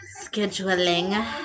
scheduling